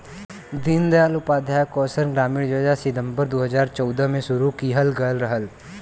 दीन दयाल उपाध्याय कौशल ग्रामीण योजना सितम्बर दू हजार चौदह में शुरू किहल गयल रहल